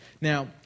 Now